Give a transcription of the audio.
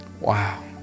wow